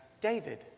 David